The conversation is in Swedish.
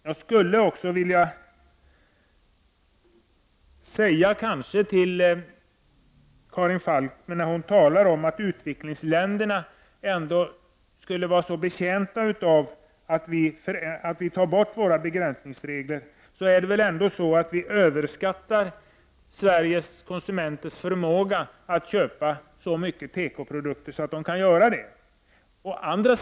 Jag skulle också vilja säga till Karin Falkmer, när hon talar om att utvecklingsländerna skulle vara betjänta av att vi tar bort våra begränsningsregler, att vi överskattar Sveriges konsumenters förmåga att köpa så mycket tekoprodukter att de uppfyller detta krav.